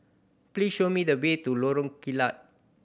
please show me the way to Lorong Kilat